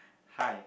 hi